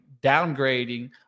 downgrading